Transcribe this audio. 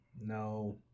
No